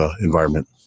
environment